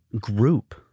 group